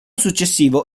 successivo